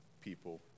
people